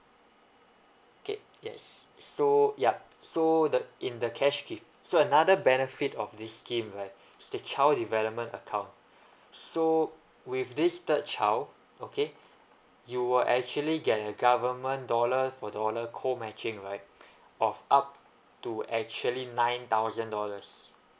okay yes so yup so the in the cash gift so another benefit of this scheme right is the child development account so with this third child okay you will actually get a government dollar for dollar co matching right of up to actually nine thousand dollars